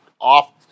off